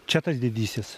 čia tas didysis